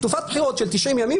תקופת בחירות של 90 ימים,